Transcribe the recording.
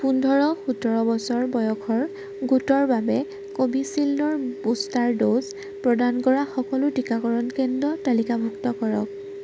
পোন্ধৰ সোতৰ বছৰ বয়সৰ গোটৰ বাবে কোভিচিল্ডৰ বুষ্টাৰ ড'জ প্ৰদান কৰা সকলো টীকাকৰণ কেন্দ্ৰ তালিকাভুক্ত কৰক